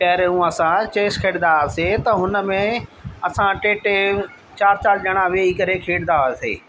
पहिरियों असां चेस खेॾंदा हुआसीं त हुनमें असां टे टे चारि चारि ॼणा वही करे खेॾंदा हुआसीं